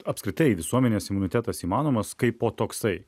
apskritai visuomenės imunitetas įmanomas kaipo toksai